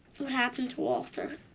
what happened to walter.